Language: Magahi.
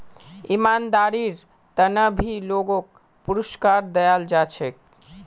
ईमानदारीर त न भी लोगक पुरुस्कार दयाल जा छेक